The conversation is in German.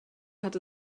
hat